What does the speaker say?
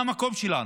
מה המקום שלנו?